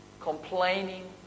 complaining